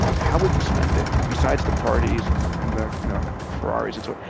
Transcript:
how would you spend it besides the parties and and the you know ferraris and so